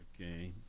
Okay